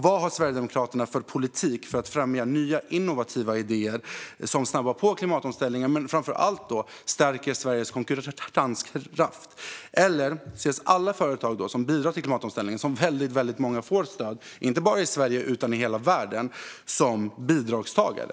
Vad har Sverigedemokraterna för politik för att främja nya innovativa idéer som snabbar på klimatomställningen men framför allt stärker Sveriges konkurrenskraft? Eller ses alla företag som bidrar till klimatomställningen - av vilka väldigt många får stöd, inte bara i Sverige utan i hela världen - som bidragstagare?